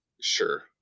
Sure